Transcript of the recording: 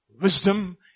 Wisdom